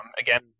again